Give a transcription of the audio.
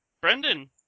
Brendan